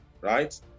right